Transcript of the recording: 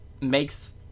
makes